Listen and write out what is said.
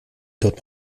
dort